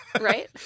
right